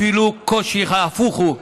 אפילו קושי אחד, הפוך הוא,